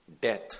death